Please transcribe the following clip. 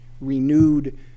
renewed